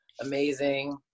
amazing